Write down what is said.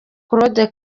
claude